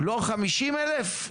לא 50,000?